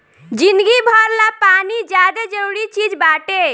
जिंदगी भर ला पानी ज्यादे जरूरी चीज़ बाटे